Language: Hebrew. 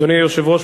אדוני היושב-ראש,